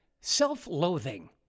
Self-loathing